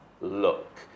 look